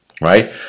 Right